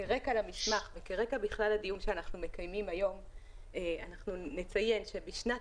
כרקע למסמך וכרקע בכלל לדיון שאנחנו מקיימים היום אנחנו נציין שבשנת